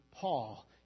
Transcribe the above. Paul